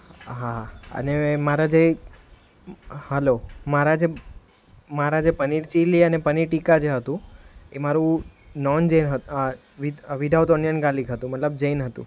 હા અને મારા જે હલો મારા જે મારા જે પનીર ચીલી અને પનીર ટીકા જે હતું એ મારું non Jain with without onion garlic હતું મતલબ જૈન હતું